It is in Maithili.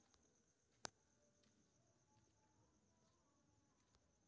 संपत्ति कर संपत्तिक मूल्यक अनुसार चुकाएल जाए छै